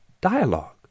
dialogue